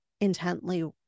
intently